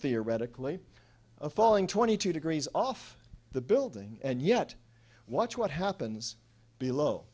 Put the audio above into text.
theoretically falling twenty two degrees off the building and yet watch what happens below